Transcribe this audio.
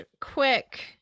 quick